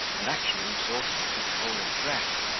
and actually exhausted his whole address,